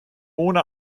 ohne